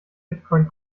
bitcoin